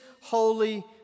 holy